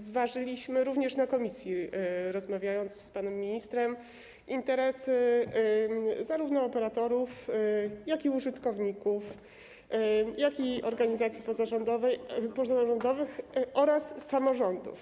ważyliśmy - również w komisji, rozmawiając z panem ministrem - interesy zarówno operatorów, jak i użytkowników, organizacji pozarządowych oraz samorządów.